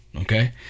okay